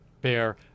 bear